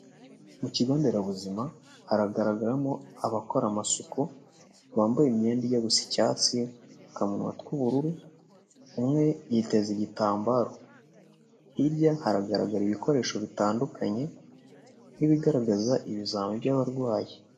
Mu kigo nderabuzima haragaragaramo abakora amasuku bambaye imyenda ijya gusa icyatsi udupfukamunwa tw'ubururu umwe yiteza igitambaro, hirya hagaragara ibikoresho bitandukanye nk'ibigaragaza ibizami by'barwayi.